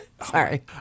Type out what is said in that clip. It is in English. Sorry